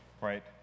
right